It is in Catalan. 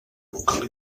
local